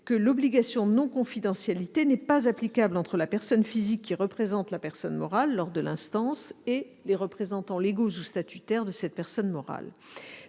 que l'obligation de non-confidentialité n'est pas applicable entre la personne physique qui représente la personne morale lors de l'instance et les représentants légaux ou statutaires de cette personne morale.